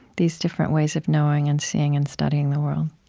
these different ways of knowing and seeing and studying the world?